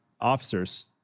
officers